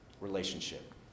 relationship